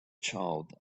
child